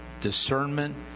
discernment